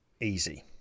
easy